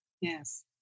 Yes